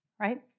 right